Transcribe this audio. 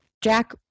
Jack